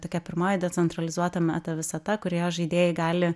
tokia pirmąja decentralizuota meta visata kurioje žaidėjai gali